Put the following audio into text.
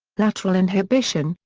lateral inhibition,